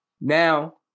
Now